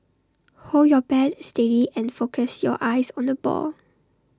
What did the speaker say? hold your bat steady and focus your eyes on the ball